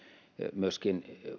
myöskin